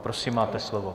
Prosím, máte slovo.